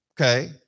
okay